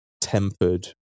tempered